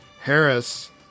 Harris